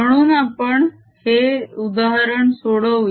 म्हणून आपण हे उदाहरण सोडवू या